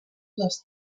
les